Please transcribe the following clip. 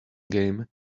game